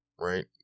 Right